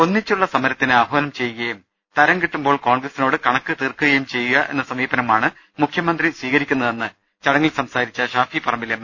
ഒന്നിച്ചുള്ള സമരത്തിന് ആഹ്വാനം ചെയ്യുകയും തരം കിട്ടുമ്പോൾ കോൺഗ്രസിനോട് കണക്ക് തീർക്കുകയും ചെയ്യുക എന്ന സമീപനമാണ് മുഖ്യമന്ത്രി സ്വീകരിക്കുന്നതെന്ന് ചടങ്ങിൽ സംസാരിച്ച ഷാഫി പറമ്പിൽ എം